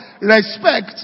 Respect